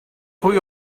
pwy